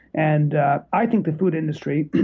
and i think the food industry,